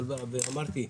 ואמרתי,